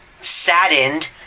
saddened